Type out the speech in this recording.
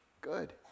good